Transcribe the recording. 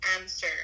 answer